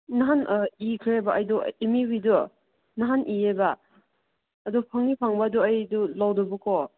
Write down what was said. ꯅꯍꯥꯟ ꯏꯈ꯭ꯔꯦꯕ ꯑꯩꯗꯨ ꯑꯦꯝ ꯎꯒꯤꯗꯨ ꯅꯍꯥꯟ ꯏꯌꯦꯕ ꯑꯗꯨ ꯐꯪꯗꯤ ꯐꯪꯕ ꯑꯗꯨ ꯑꯩꯗꯨ ꯂꯧꯗꯕꯀꯣ